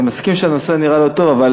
אני מסכים שזה נראה לא טוב אבל